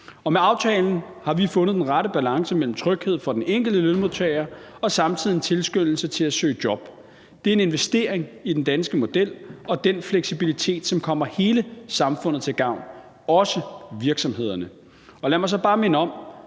Med aftalen har vi fundet den rette balance mellem tryghed for den enkelte lønmodtager og samtidig en tilskyndelse til at søge job. Det er en investering i den danske model og den fleksibilitet, som kommer hele samfundet til gavn, også virksomhederne. Lad mig så bare minde om,